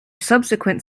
subsequent